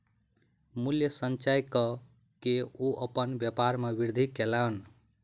मूल्य संचय कअ के ओ अपन व्यापार में वृद्धि कयलैन